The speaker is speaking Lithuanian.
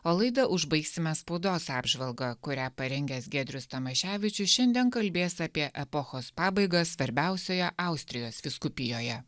o laida užbaigsime spaudos apžvalgą kurią parengęs giedrius tamaševičius šiandien kalbės apie epochos pabaigą svarbiausioje austrijos vyskupijoje